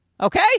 Okay